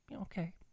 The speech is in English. Okay